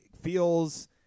feels